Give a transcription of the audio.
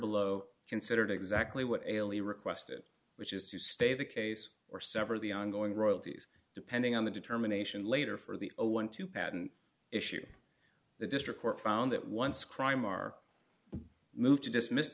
below considered exactly what i only requested which is to stay the case or sever the ongoing royalties depending on the determination later for the a one to patent issue the district court found that once crime are moved to dismiss